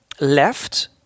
left